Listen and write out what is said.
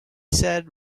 said